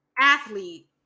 athlete